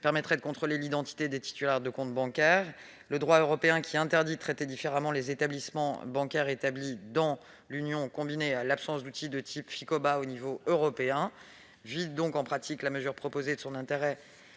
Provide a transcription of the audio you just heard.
permettrait de contrôler l'identité des titulaires de comptes bancaires. Le droit européen, qui interdit de traiter différemment les établissements bancaires établis dans l'Union, et l'absence d'outil de type Ficoba à l'échelon communautaire vident en pratique la mesure proposée à l'article